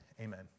amen